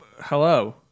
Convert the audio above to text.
Hello